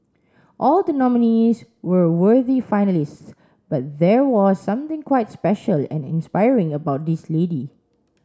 all the nominees were worthy finalists but there was something quite special and inspiring about this lady